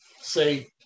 say